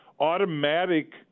automatic